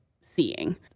seeing